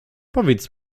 powiedz